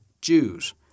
Jews